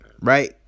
right